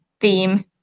theme